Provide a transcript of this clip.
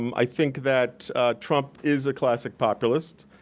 um i think that trump is a classic populist.